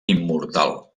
immortal